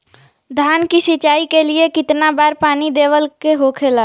धान की सिंचाई के लिए कितना बार पानी देवल के होखेला?